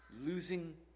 Losing